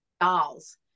Dolls